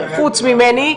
חוץ ממני,